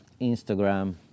Instagram